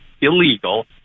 illegal